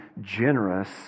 generous